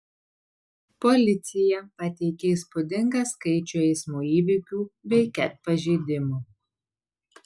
policija pateikė įspūdingą skaičių eismo įvykių bei ket pažeidimų